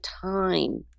time